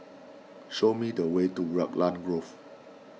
show me the way to Raglan Grove